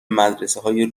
مدرسههای